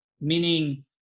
meaning